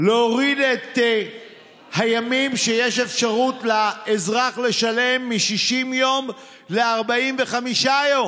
להוריד את הימים שבהם יש אפשרות לאזרח לשלם מ-60 יום ל-45 יום.